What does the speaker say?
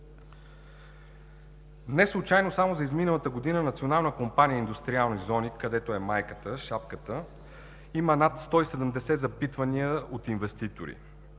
цел. Само за изминалата година „Национална компания индустриални зони“, където е майката, шапката има над 170 запитвания от инвеститори.